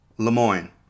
LeMoyne